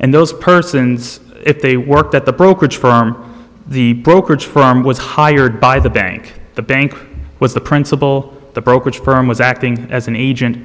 and those persons if they worked at the brokerage firm the brokerage firm was hired by the bank the bank was the principal the brokerage firm was acting as an agent